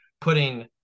putting